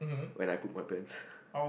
when I poop my pants